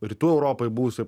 rytų europoj buvusi